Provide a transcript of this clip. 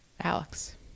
Alex